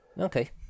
Okay